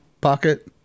Pocket